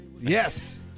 Yes